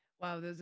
Wow